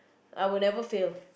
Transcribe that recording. I would never fail